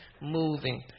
moving